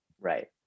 right